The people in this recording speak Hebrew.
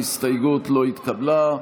ההסתייגות לא התקבלה.